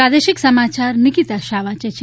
પ્રાદેશિક સમાચાર નિકીતા શાહ્ વાંચે છે